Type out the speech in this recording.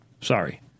Sorry